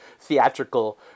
theatrical